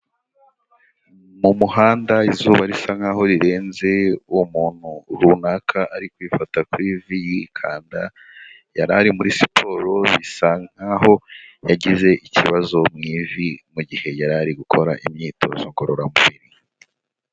Mu muhanda izuba risa nkaho rirenze, umuntu runaka ari kwifata ku ivi yikanda, yari ari muri siporo, bisa nkaho yagize ikibazo mu ivi, mu gihe yari ari gukora imyitozo ngororamubiri.